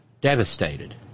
devastated